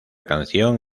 canción